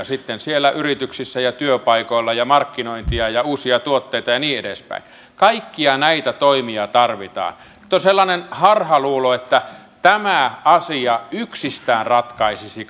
sitten siellä yrityksissä ja työpaikoilla ja markkinointia ja uusia tuotteita ja niin edespäin kaikkia näitä toimia tarvitaan nyt on sellainen harhaluulo että tämä asia yksistään ratkaisisi